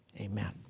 Amen